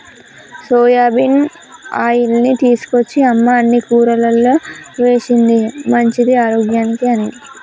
soybean ఆయిల్ని తీసుకొచ్చి అమ్మ అన్ని కూరల్లో వేశింది మంచిది ఆరోగ్యానికి అని